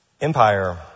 Empire